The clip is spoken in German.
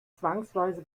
zwangsweise